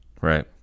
right